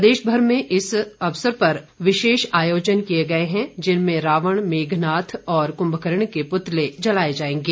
प्रदेश भर में इस अवसर पर विशेष आयोजन किये गये हैं जिनमें रावण मेघनाद और कुम्भकर्ण के पुतले जलाए जायेंगे